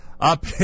Up